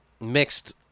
mixed